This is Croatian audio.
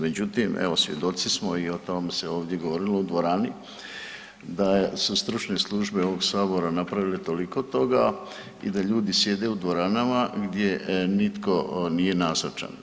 Međutim, evo svjedoci smo i o tom se ovdje govorilo u dvorani da su stručne službe ovog sabora napravile toliko toga i da ljudi sjede u dvoranama gdje nitko nije nazočan.